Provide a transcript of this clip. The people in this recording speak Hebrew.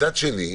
מצד שני,